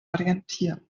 orientieren